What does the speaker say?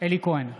אלי כהן,